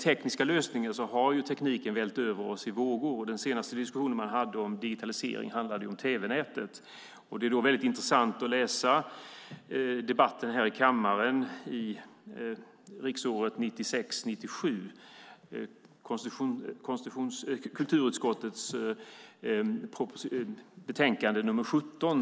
Tekniken har ju vällt över oss i vågor. Den senaste diskussionen om digitalisering handlade om tv-nätet. Det är intressant att läsa protokollet från debatten här i kammaren riksåret 1996/97 om kulturutskottets betänkande nr 17.